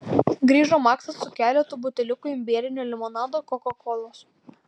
grįžo maksas su keletu buteliukų imbierinio limonado kokakolos